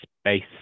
space